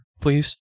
please